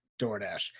DoorDash